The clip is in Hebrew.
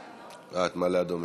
אה, את מעלה-אדומים.